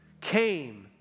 came